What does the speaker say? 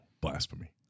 blasphemy